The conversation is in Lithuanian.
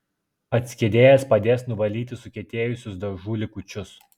atskiedėjas padės nuvalyti sukietėjusius dažų likučius